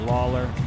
Lawler